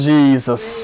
Jesus